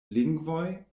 lingvoj